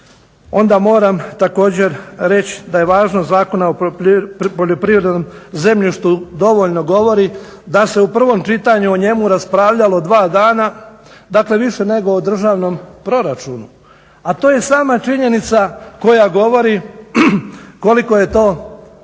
onda moram također reć da je važno zakona o poljoprivrednom zemljištu dovoljno govori da se u prvom čitanju o njemu raspravljalo dva dana dakle više nego državnom proračunu. A to je sama činjenica koja govori koliko je to